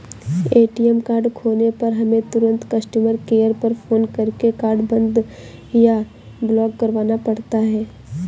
ATM card खोने पर हमें तुरंत कस्टमर केयर पर फ़ोन करके कार्ड बंद या ब्लॉक करवाना पड़ता है